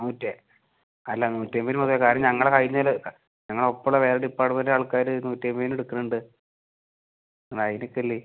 നൂറ്റെ അല്ല നൂറ്റന്പതിന് മതിയോ കാര്യം ഞങ്ങൾ ഹൈന്നേൽ ഞങ്ങടൊപ്പമുള്ള വേറെ ഡിപ്പാർട്ട്മെൻറ്റിലുള്ള ആൾക്കാർ നൂറ്റന്പതിന് എടുക്കുന്നുണ്ട് നിങ്ങടൈടിക്കല്ലേ